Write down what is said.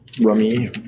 Rummy